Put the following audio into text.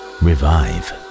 revive